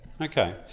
Okay